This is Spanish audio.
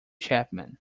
chapman